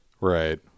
Right